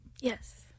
Yes